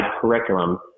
curriculum